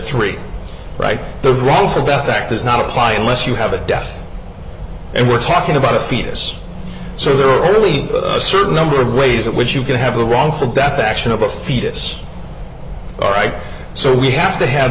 three right the wrongful death act does not apply unless you have a death and we're talking about a fetus so there are really a certain number of ways in which you can have a wrongful death action of a fetus all right so we have to have